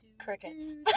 Crickets